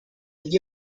gli